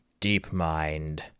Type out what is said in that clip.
DeepMind